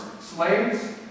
slaves